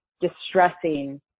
distressing